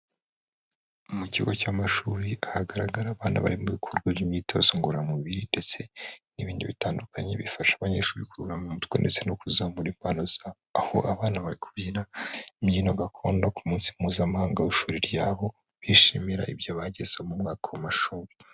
Mu kigo cy'amashuri ahagaragara abana bari mu bikorwa by'imyitozo ngororamubiri, ndetse n'ibindi bitandukanye bifasha abanyeshuri kuruhura mu mutwe, ndetse no kuzamura impano zabo, aho abana bari kubyina imbyino gakondo ku munsi mpuzamahanga w'ishuri ryabo, bishimira ibyo bagezeho mu mwaka w'amashuri.